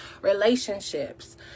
relationships